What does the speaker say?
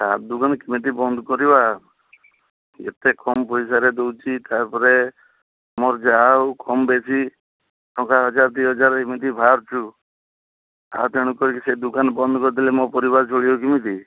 ଚାଟ୍ ଦୋକାନ କେମିତି ବନ୍ଦ କରିବା ଯେତେ କମ୍ ପଇସାରେ ଦେଉଛି ତା'ପରେ ମୋର ଯାହାହଉ କମ୍ ବେଶି ଟଙ୍କା ହଜାର ଦୁଇ ହଜାର ଏମିତି ବାହାରୁଛୁ ଆଉ ତେଣୁ କରି ସେ ଦୋକାନ ବନ୍ଦ କରିଦେଲେ ମୋ ପରିବାର ଚଳିବ କେମିତି